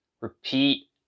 Repeat